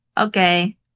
Okay